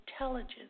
intelligence